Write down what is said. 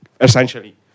essentially